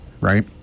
right